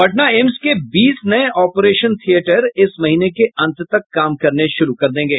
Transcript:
Patna AIIMS के बीस नये ऑपरेशन थियेटर इस महीने के अंत तक काम करना शुरू कर देंगे